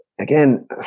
Again